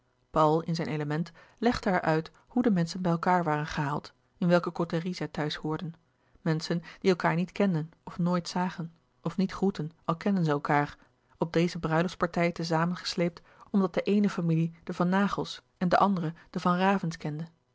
paul in zijn element legde haar uit hoe de menschen bij elkaâr waren gehaald in welke côterie zij thuis hoorden menschen die elkaâr niet kenden of nooit zagen of niet groetten al kenden zij elkaâr op deze bruiloftspartij te samen gesleept omdat de eene familie de van naghels en de andere de van ravens kende